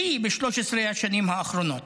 שיא ב-13 השנים האחרונות.